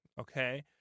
okay